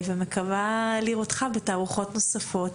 ומקווה לראותך בתערוכות נוספות,